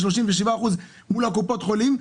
של 37% מול קופות החולים.